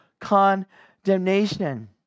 condemnation